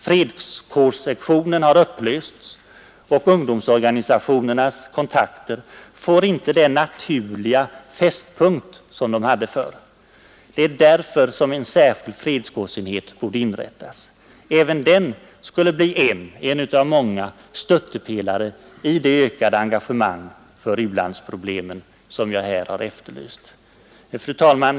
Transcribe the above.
Fredskårssektionen har upplösts, och ungdomsorganisationernas kontakter får inte den naturliga fästpunkt som de hade förr. Det är därför som en särskild fredskårsenhet borde inrättas. Även den skulle bli en — en av många — stöttepelare i det ökade engagemang för u-landsproblemen som jag här har efterlyst. Fru talman!